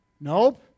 Nope